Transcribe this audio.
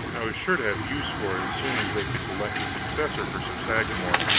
i was sure to have use for it as soon as they could elect a successor for sir sagramor,